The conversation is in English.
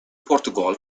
portugal